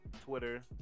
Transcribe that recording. Twitter